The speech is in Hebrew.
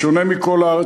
בשונה מכל הארץ,